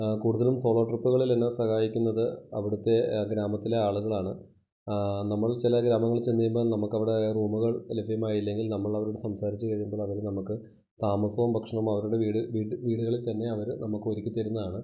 കൂടുതലും സോളോ ട്രിപ്പുകളിൽ എന്നെ സഹായിക്കുന്നത് അവിടുത്തെ ഗ്രാമത്തിലെ ആളുകളാണ് നമ്മൾ ചില കാരണങ്ങൾ ചെന്ന് കഴിയുമ്പോൾ നമുക്കവിടെ റൂമുകൾ ലഭ്യമായില്ലെങ്കിൽ നമ്മളവരോട് സംസാരിച്ച് കഴിയുമ്പോൾ അവർ നമുക്ക് താമസോം ഭക്ഷണവും അവരുടെ വീട് വീടുകളിൽ തന്നെ അവര് നമുക്കൊരുക്കി തരുന്നതാൻ